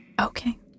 Okay